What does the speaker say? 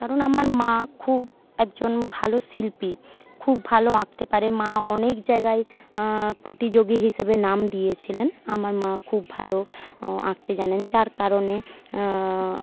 কারণ আমার মা খুব একজন ভালো শিল্পী খুব ভালো আঁকতে পারে মা অনেক জায়গায় প্রতিযোগী হিসেবে নাম দিয়েছিলেন আমার মা খুব ভালো আঁকতে জানেন যার কারণে